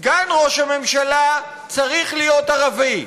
סגן ראש הממשלה צריך להיות ערבי,